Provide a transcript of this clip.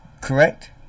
Correct